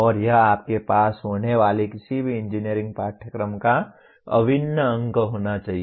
और यह आपके पास होने वाले किसी भी इंजीनियरिंग पाठ्यक्रम का अभिन्न अंग होना चाहिए